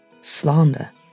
slander